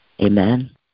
Amen